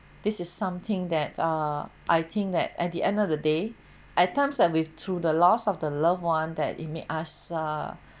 this is something that err I think that at the end of the day items that with through the loss of the loved one that you may ask ah